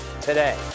today